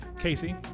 Casey